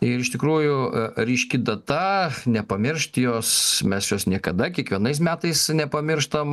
ir iš tikrųjų ryški data nepamiršti jos mes jos niekada kiekvienais metais nepamirštam